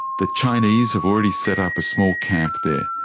the chinese have already set up a small camp there.